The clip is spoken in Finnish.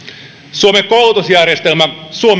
suomen koulutusjärjestelmä